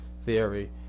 theory